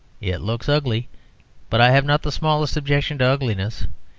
it looks ugly but i have not the smallest objection to ugliness.